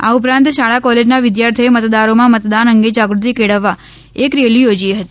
આ ઉપરાંત શાળા કોલે ના વિદ્યાર્થીઓએ મતદારોમાં મતદાન અંગે જાગૃતિ કેળવવા એક રેલી યોજી હતી